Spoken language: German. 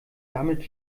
damit